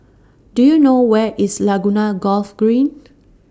Do YOU know Where IS Laguna Golf Green